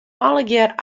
allegearre